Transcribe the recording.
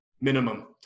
minimum